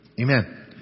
Amen